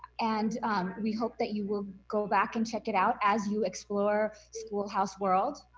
and we hope that you will go back and check it out as you explore schoolhouse world.